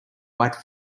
white